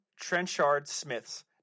Trenchard-Smiths